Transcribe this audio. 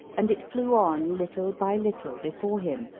and it flew on little by little before him,